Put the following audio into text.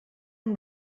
amb